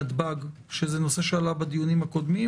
מנתב"ג, שזה נושא שעלה בדיונים הקודמים.